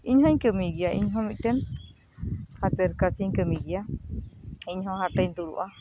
ᱤᱧᱦᱚᱧ ᱠᱟᱹᱢᱤ ᱜᱮᱭᱟ ᱤᱧᱦᱚᱸ ᱢᱤᱫ ᱴᱮᱱ ᱦᱟᱛᱮᱨ ᱠᱟᱡᱽ ᱤᱧ ᱠᱟᱹᱢᱤᱭᱜᱮᱭᱟ ᱤᱧᱦᱚᱸ ᱦᱟᱴᱨᱮᱧ ᱫᱩᱲᱩᱵᱼᱟ